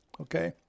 Okay